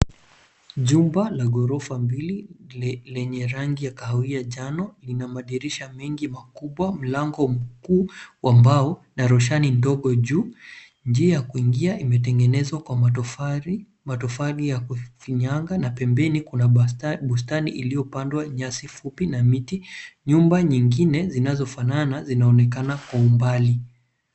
Jumba la gorofa mbili lenye rangi ya kahawia njano ina madirisha mengi makubwa, mlango mkuu wa mbao na roshani ndogo juu, njia ya kuingia imetengezwa kwa matofali, matofali ya kufinyanga na pembeni kuna bustani iliopandwa nyasi fupi na miti, nyumba nyingine zinazo fanana zinaonekana kwa umbali.